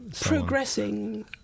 Progressing